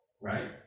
right